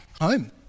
home